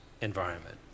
environment